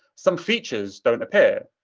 some features don't appear.